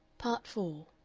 part four